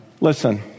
Listen